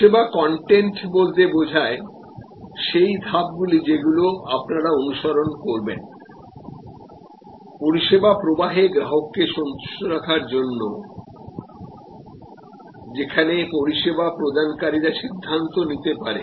পরিষেবা কনটেন্ট বলতে বোঝায় সেই ধাপগুলো যেগুলো আপনারা অনুসরণ করবেন পরিষেবা প্রবাহে গ্রাহককে সন্তুষ্ট রাখার জন্য যেখানে পরিষেবা প্রদানকারীরা সিদ্ধান্ত নিতে পারে